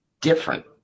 different